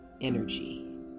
energy